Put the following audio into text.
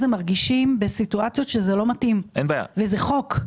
מרגישים בסיטואציות שזה לא מתאים וזה חוק.